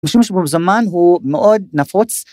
משום שבזמן הוא מאוד נפוץ.